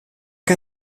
che